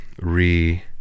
re